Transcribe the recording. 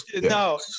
no